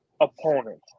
opponent